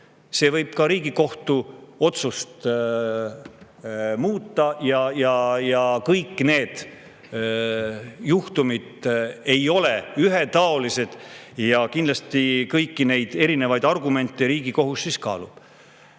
See võib ka Riigikohtu otsust muuta. Kõik juhtumid ei ole ühetaolised ja kindlasti kõiki erinevaid argumente Riigikohus siis kaalub.